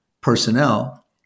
personnel